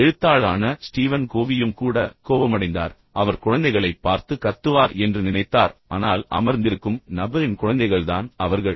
எழுத்தாளரான Steven கோவியும் கூட கோபமடைந்தார் அவர் குழந்தைகளைப் பார்த்து கத்துவார் என்று நினைத்தார் ஆனால் அமர்ந்திருக்கும் நபரின் குழந்தைகள்தான் அவர்கள்